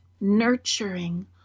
nurturing